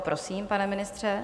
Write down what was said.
Prosím, pane ministře.